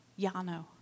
Yano